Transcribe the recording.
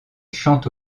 chante